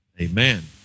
Amen